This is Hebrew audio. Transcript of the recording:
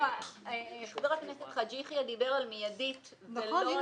חבר הכנסת חאג' יחיא דיבר על מידית --- נכון,